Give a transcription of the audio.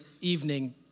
evening